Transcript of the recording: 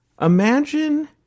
Imagine